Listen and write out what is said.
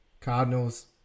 Cardinals